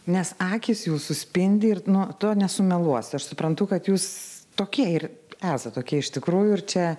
nes akys jūsų spindi ir nu to nesumeluosi aš suprantu kad jūs tokie ir esat tokie iš tikrųjų ir čia